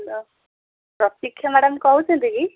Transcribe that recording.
ପ୍ରତୀକ୍ଷା ମ୍ୟାଡ଼ାମ କହୁଛନ୍ତି କି